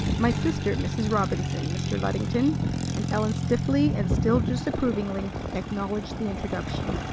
my sister mrs. robinson, mr. luddington and ellen stiffly and still disapprovingly acknowledged the introduction.